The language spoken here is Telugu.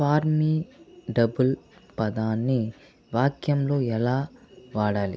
ఫార్మిడబుల్ పదాన్ని వాక్యంలో ఎలా వాడాలి